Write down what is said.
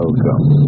Welcome